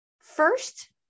first